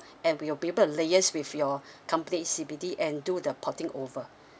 and we will be able to liaise with your company C B D and do the porting over